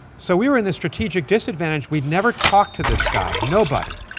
so we were in the strategic disadvantage. we'd never talked to this guy. nobody,